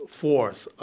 force